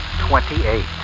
twenty-eight